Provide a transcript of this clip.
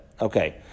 okay